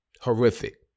horrific